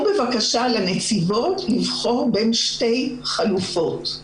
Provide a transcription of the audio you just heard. לנציבות לבחור בין שתי חלופות: